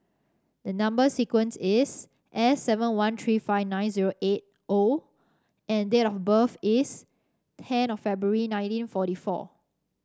the number sequence is S seven one three five nine zero eight O and date of birth is ten of February nineteen forty four